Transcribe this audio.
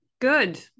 Good